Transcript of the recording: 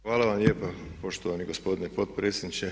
Hvala vam lijepa poštovani gospodine potpredsjedniče.